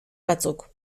batzuk